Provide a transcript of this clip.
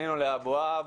פנינו לאבוהב,